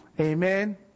Amen